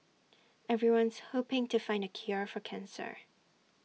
everyone's hoping to find the cure for cancer